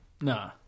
Nah